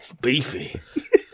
Beefy